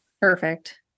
Perfect